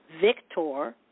Victor